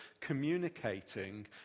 communicating